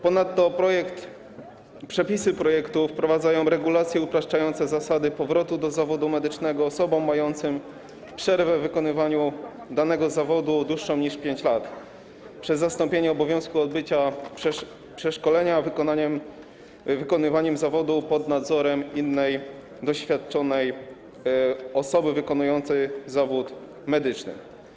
Ponadto przepisy projektu wprowadzają regulacje upraszczające zasady powrotu do zawodu medycznego osób mających przerwę w wykonywaniu danego zawodu dłuższą niż 5 lat przez zastąpienie obowiązku odbycia przeszkolenia wykonywaniem zawodu pod nadzorem innej doświadczonej osoby wykonującej zawód medyczny.